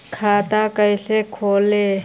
खाता कैसे खोले?